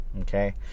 Okay